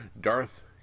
Darth